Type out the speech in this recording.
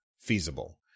feasible